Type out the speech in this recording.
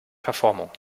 verformung